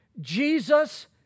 Jesus